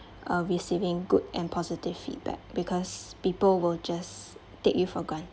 uh receiving good and positive feedback because people will just take you for granted